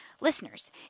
listeners